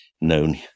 known